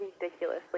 ridiculously